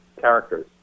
characters